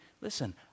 listen